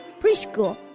Preschool